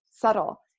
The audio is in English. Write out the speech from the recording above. subtle